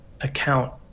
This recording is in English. account